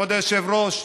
כבוד היושב-ראש,